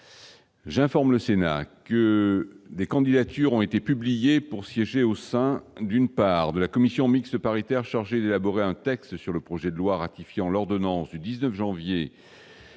j'informe le Sénat que des candidatures ont été publiés pour siéger au sein d'une part de la commission mixte paritaire chargée d'élaborer un texte sur le projet de loi ratifiant l'ordonnance du 19 janvier